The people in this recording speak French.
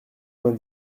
vingt